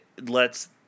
Lets